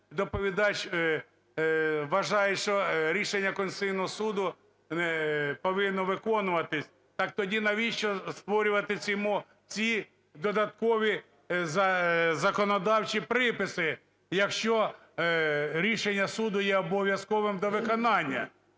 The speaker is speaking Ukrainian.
доповідач вважає, що рішення Конституційного Суду повинно виконуватись. Так тоді навіщо створювати ці додаткові законодавчі приписи, якщо рішення суду є обов'язковим до виконання?